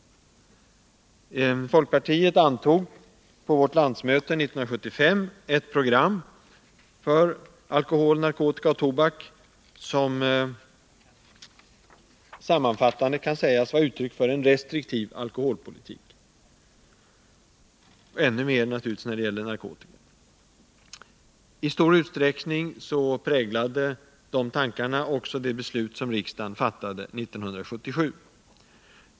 Folkpartiet antog på sitt landsmöte 1975 ett program med åtgärder mot missbruk av alkohol, narkotika och tobak, som när det gäller alkoholpolitiken sammanfattande kan sägas vara ett uttryck för en restriktiv politik, vilket givetvis i ännu högre grad gäller i fråga om narkotikapolitiken. De tankar som framfördes i detta program präglade i stor utsträckning också det beslut som riksdagen fattade 1977.